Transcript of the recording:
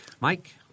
Mike